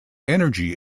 energy